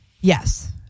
Yes